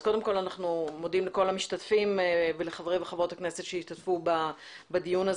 אנחנו מודים לכל המשתתפים ולחברי וחברות הכנסת שהשתתפו בדיון.